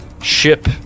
ship